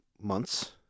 months